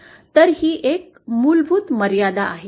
तर ही एक मूलभूत मर्यादा आहे